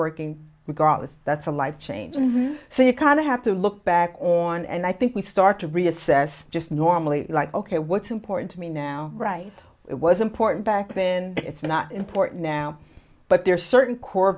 working because that's a life change so you kind of have to look back on and i think we start to reassess just normally like ok what's important to me now right it was important back then it's not important now but there are certain core